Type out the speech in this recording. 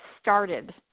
started